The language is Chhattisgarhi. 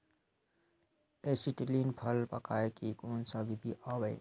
एसीटिलीन फल पकाय के कोन सा विधि आवे?